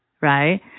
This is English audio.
right